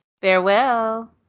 Farewell